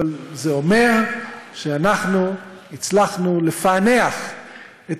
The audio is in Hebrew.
אבל זה אומר שאנחנו הצלחנו לפענח את